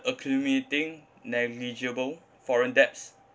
accumulating negligible foreign debts